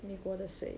美国的水